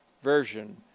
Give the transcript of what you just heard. Version